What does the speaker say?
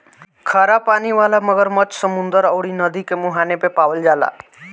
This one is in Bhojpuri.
खरा पानी वाला मगरमच्छ समुंदर अउरी नदी के मुहाने पे पावल जाला